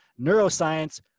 neuroscience